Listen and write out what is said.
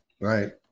Right